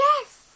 Yes